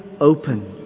open